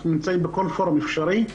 אנחנו נמצאים בכל פורום אפשרי,